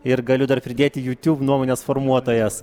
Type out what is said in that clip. ir galiu dar pridėti jūtiūb nuomonės formuotojas